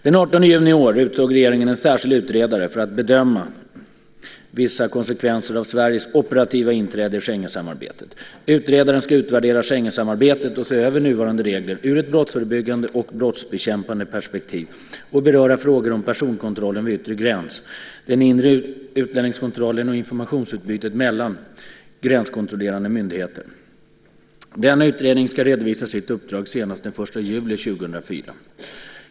Den 18 juni i år utsåg regeringen en särskild utredare för att bedöma vissa konsekvenser av Sveriges operativa inträde i Schengensamarbetet . Utredaren ska utvärdera Schengensamarbetet och se över nuvarande regler ur ett brottsförebyggande och brottsbekämpande perspektiv och beröra frågor om personkontrollen vid yttre gräns, den inre utlänningskontrollen och informationsutbytet mellan gränskontrollerande myndigheter. Denna utredning ska redovisa sitt uppdrag senast den 1 juli 2004.